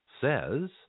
says